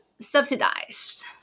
subsidized